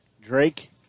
Drake